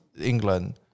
England